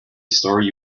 story